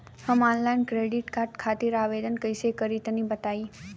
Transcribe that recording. हम online credit card खातिर आवेदन कइसे करि तनि बताई?